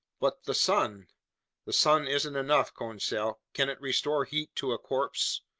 but the sun the sun isn't enough, conseil. can it restore heat to a corpse?